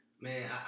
Man